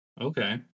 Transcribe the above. Okay